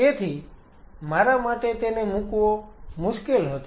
તેથી મારા માટે તેને મૂકવો મુશ્કેલ હતો